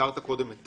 הזכרת קודם את